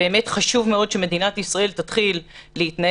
באמת חשוב מאוד שמדינת ישראל תתחיל להתנהל